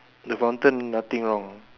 the fountain nothing wrong ah